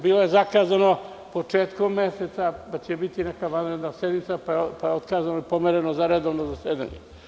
Bilo je zakazano početkom meseca da će biti neka vanredna sednica, pa je otkazano i pomereno za redovno zasedanje.